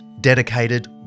dedicated